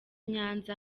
nyanza